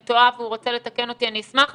אני טועה והוא רוצה לתקן אותי אני אשמח,